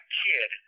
kid